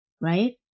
right